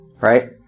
right